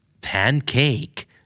Pancake